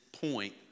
point